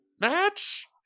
match